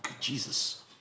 Jesus